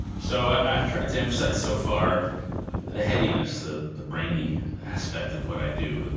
so, ah i've tried to emphasize so far the headiness, the the brainy aspect of what i do,